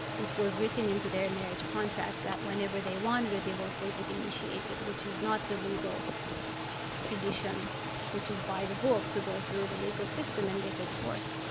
it was written into their marriage contract that whenever they wanted a divorce they could initiate it, which is not the legal tradition which is by the book to go through the legal system and get a divorce.